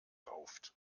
rauft